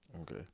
Okay